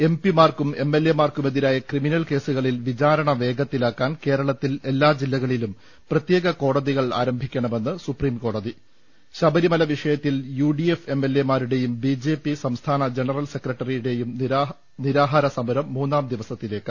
M P മാർക്കും M L എമാർക്കുമെതിരായ criminal കേസുകളിൽ വിചാരണ വേഗത്തിലാക്കാൻ കേരളത്തിൽ എല്ലാ ജില്ലകളിലും പ്രത്യേക കോട തികൾ ആരംഭിക്കണമെന്ന് സുപ്രീം കോടതി ശബരിമല വിഷയത്തിൽ യു ഡി എഫ് എം എൽഎമാരുടെയും ബി ജെ പി സംസ്ഥാന ജനറൽ സെക്രട്ടറിയുടെയും നിരാഹാരസമരം മൂന്നാം ദിവസത്തി ലേക്ക്